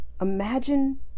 Imagine